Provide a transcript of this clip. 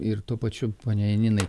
ir tuo pačiu poniai janinai